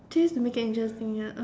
key to make it interesting ya